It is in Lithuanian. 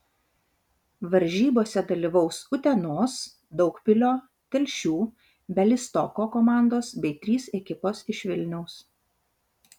varžybose dalyvaus utenos daugpilio telšių bialystoko komandos bei trys ekipos iš vilniaus